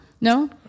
No